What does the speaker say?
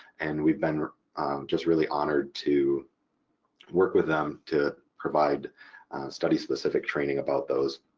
and we've been just really honored to work with them to provide study-specific training about those.